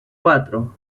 cuatro